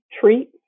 treat